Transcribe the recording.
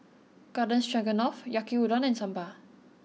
Garden Stroganoff Yaki Udon and Sambar